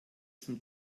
zum